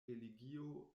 religio